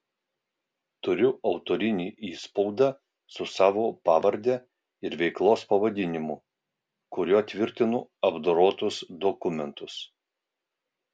turiu autorinį įspaudą su savo pavarde ir veiklos pavadinimu kuriuo tvirtinu apdorotus dokumentus